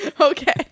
Okay